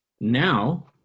now